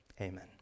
Amen